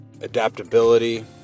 adaptability